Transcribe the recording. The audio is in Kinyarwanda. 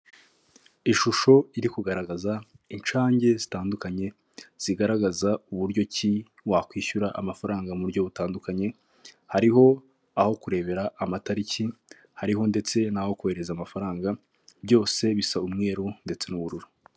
Ishusho iri kugaragaza inshange zitandukanye, zigaragaza uburyo ki wakwishyura amafaranga mu buryo butandukanye, hariho aho kurebera amatariki, hariho ndetse n'aho kohereza amafaranga, byose bisa umweru ndetse n'ubururu.